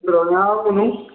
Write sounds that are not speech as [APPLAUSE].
[UNINTELLIGIBLE]